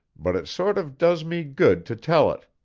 but it sort of does me good to tell it.